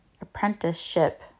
Apprenticeship